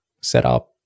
setup